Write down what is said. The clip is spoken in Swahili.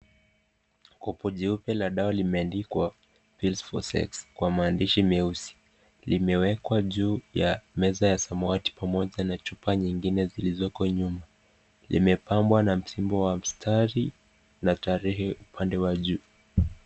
Kopo jeupe la dawa limeandikwa pills for sex kwa maandishi meusi, limewekwa juu ya meza ya samawati pamoja na chupa nyingine zilizoko nyuma. Limempambwa na msimbo wa mstari na tarehe upande wa juu.